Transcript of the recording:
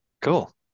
Cool